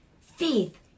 Faith